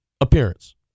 appearance